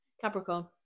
capricorn